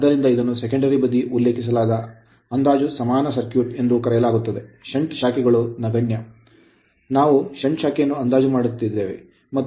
ಆದ್ದರಿಂದ ಇದನ್ನು ಸೆಕೆಂಡರಿ ಬದಿ ಉಲ್ಲೇಖಿಸಲಾದ ಅಂದಾಜು ಸಮಾನ ಸರ್ಕ್ಯೂಟ್ ಎಂದು ಕರೆಯಲಾಗುತ್ತದೆ ಷಂಟ್ ಶಾಖೆಗಳು ನಗಣ್ಯ ನನ್ನ ಪ್ರಕಾರ ನಾವು ಈ ಷಂಟ್ ಶಾಖೆಯನ್ನು ಅಂದಾಜು ಮಾಡಿದ್ದೇವೆ ಮತ್ತು ಅದನ್ನು ನಿರ್ಲಕ್ಷಿಸಲಾಗಿದೆ